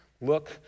look